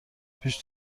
پیش